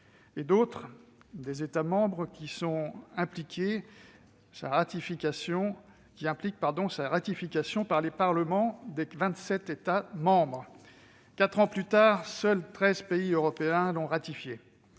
et d'autres des États membres, ce qui implique sa ratification par les parlements des vingt-sept États membres. Quatre ans plus tard, seuls treize pays européens l'ont ratifié.